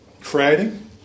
creating